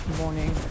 morning